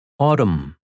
Autumn